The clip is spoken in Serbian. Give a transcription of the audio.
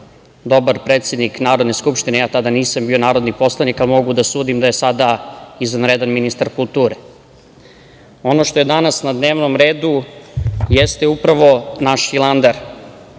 dobar predsednik Narodne skupštine. Tada nisam bio narodni poslanik, a mogu da sudim da je sada izvanredan ministar kulture. Ono što je danas na dnevnom redu jeste upravo naš Hilandar,